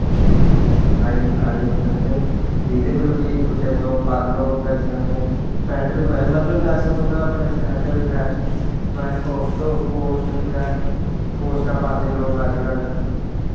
आई D बनानी अपनी ते एह्दे पर बी कुसे गी तुस फालो करी सकने मतलब अस तुस अपने फ्रैंड रिकवैस्ट पोस्ट कुदै पोस्टां पांदे लोग अजकल्ल